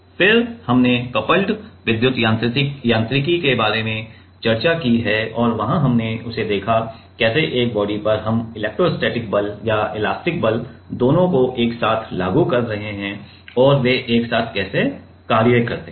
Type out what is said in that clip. फिर हमने कपल्ड विद्युत यांत्रिकी के बारे में चर्चा की है और वहां हमने उसे देखा कैसे एक बॉडी पर हम इलेक्ट्रोस्टैटिक बल और एलास्टिक बल दोनों को एक साथ लागू कर रहे हैं और वे एक साथ कैसे कार्य करते हैं